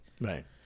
Right